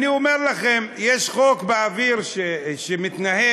אני אומר לכם, יש חוק באוויר, שמתנהל,